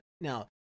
now